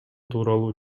тууралуу